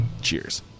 Cheers